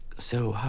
so.